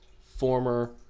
former